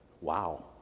Wow